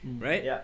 Right